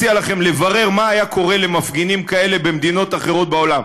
אני מציע לכם לברר מה היה קורה למפגינים כאלה במדינות אחרות בעולם.